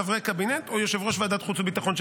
חברי קבינט או יושב-ראש ועדת החוץ והביטחון.